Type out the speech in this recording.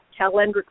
calendrical